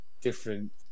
different